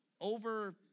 over